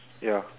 ya